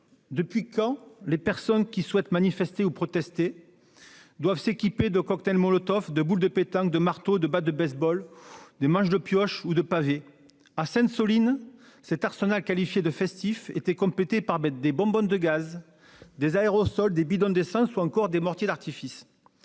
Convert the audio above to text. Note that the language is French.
Depuis quand les personnes qui souhaitent manifester ou protester doivent-elles s'équiper de cocktails Molotov, de boules de pétanque, de marteaux, de battes de base-ball, de manches de pioche ou de pavés ? À Sainte-Soline, cet arsenal qualifié de « festif » était complété par des bombonnes de gaz, des aérosols, des bidons d'essence ou encore des mortiers d'artifices.